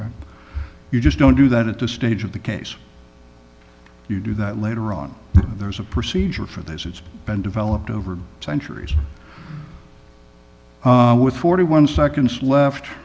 well you just don't do that at the stage of the case you do that later on there's a procedure for this it's been developed over centuries with forty one seconds left